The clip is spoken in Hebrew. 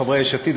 חברי יש עתיד,